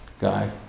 guy